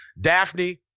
Daphne